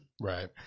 right